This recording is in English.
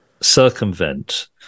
circumvent